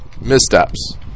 Missteps